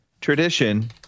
tradition